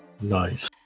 Nice